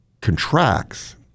contracts